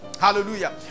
hallelujah